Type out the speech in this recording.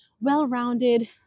well-rounded